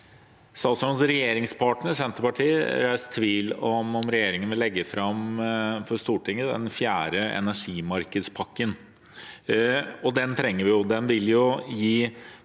Statsrådens regjeringspartner, Senterpartiet, har reist tvil om regjeringen vil legge fram for Stortinget den fjerde energimarkedspakken. Den trenger